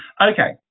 Okay